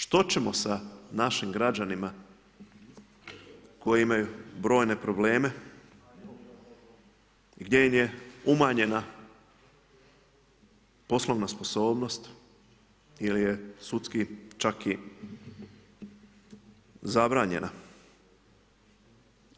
Što ćemo sa našim građanima koji imaju brojne probleme gdje im je umanjena poslovna sposobnost ili je sudski čak i zabranjena?